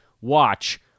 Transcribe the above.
watch